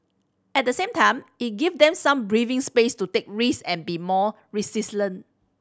at the same time it give them some breathing space to take risk and be more